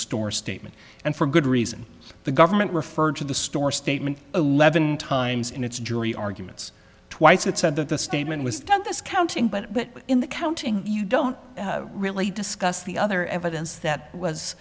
store statement and for good reason the government referred to the store statement eleven times in its jury arguments twice that said that the statement was done this counting but in the counting you don't really discuss the other evidence that was